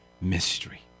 mystery